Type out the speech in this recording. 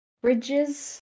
bridges